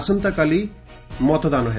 ଆସନ୍ତା କାଲି ମତଦାନ ହେବ